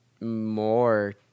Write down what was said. more